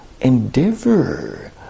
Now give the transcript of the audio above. endeavor